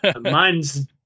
Mine's